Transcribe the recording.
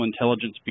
intelligence